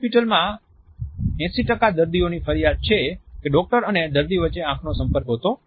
hospital માં 80 દર્દીઓની ફરિયાદ છે કે ડોક્ટર અને દર્દી વચ્ચે આંખનો સંપર્ક હોતો નથી